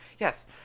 Yes